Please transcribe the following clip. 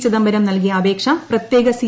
ചിദംബരം നൽകിയ അപേക്ഷ പ്രത്യേക സി